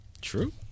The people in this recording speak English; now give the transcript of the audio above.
true